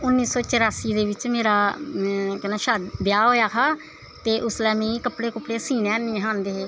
उन्नी सौ चरासी दे बिच्च केह् नां मेरा ब्याह् होआ हा ते उसलै मिगी कपड़े कुपड़े सीना हैनी नी आंदे हे